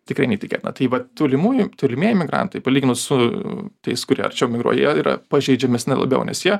tikrai neįtikėtina tai va tolimųjų tolimieji migrantai palyginus su tais kurie arčiau migruoja jie yra pažeidžiamesni labiau nes jie